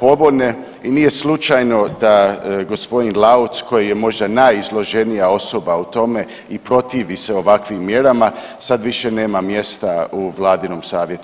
povoljne i nije slučajno da gospodin Lauc koji je možda najizloženija osoba u tome i protivi se ovakvim mjerama sada više nema mjesta u Vladinom savjetu.